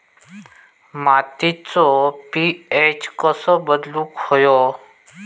मातीचो पी.एच कसो बदलुक होयो?